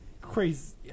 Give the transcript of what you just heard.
crazy